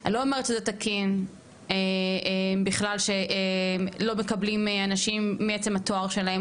אני לא אומרת שזה תקין בכלל שלא מקבלים אנשים מעצם התואר שלהם,